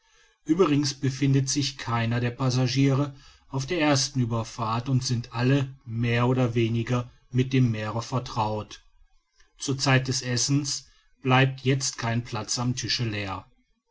uebrigens befindet sich keiner der passagiere auf der ersten ueberfahrt und sind alle mehr oder weniger mit dem meere vertraut zur zeit des essens bleibt jetzt kein platz am tische leer